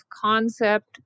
concept